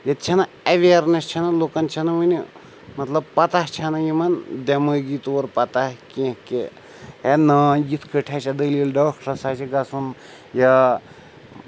ییٚتہِ چھَنہٕ اٮ۪ویرنیٚس چھَنہٕ لُکَن چھَنہٕ وٕنہِ مطلب پَتہ چھَنہٕ یِمَن دٮ۪مٲغی طور پَتہ کینٛہہ کہِ ہے نا یِتھ کٔنۍ ہَہ چھےٚ دٔلیٖل ڈاکٹرٛس ہَہ چھِ گَژھُن یا